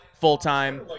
full-time